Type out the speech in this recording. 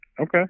Okay